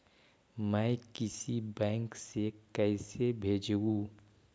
मैं किसी बैंक से कैसे भेजेऊ